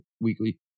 weekly